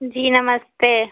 जी नमस्ते